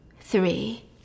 three